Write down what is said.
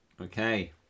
okay